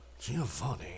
Giovanni